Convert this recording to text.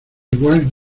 igual